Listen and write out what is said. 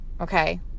okay